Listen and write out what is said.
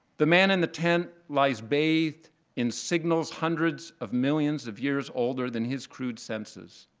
the man in the tent lies bathed in signals hundreds of millions of years older than his crude senses.